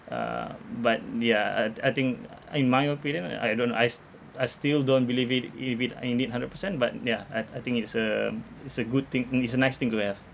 uh but ya I'd I think in my opinion I I don't I s~ I still don't believe it if it indeed hundred percent but yeah uh I think it's a mm it's a good thing it's a nice thing to have